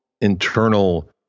internal